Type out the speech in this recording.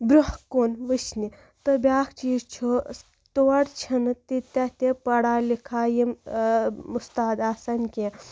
بروںٛہہ کُن وٕچھنہِ تہٕ بیٛاکھ چیٖز چھُ تور چھِنہٕ تیٖتیٛاہ تہِ پَڑھا لِکھا یِم اُستاد آسان کینٛہہ